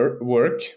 work